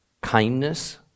kindness